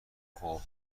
خوب